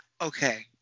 okay